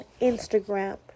Instagram